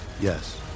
Yes